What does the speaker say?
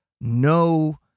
no